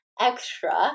extra